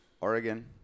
Oregon